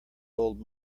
old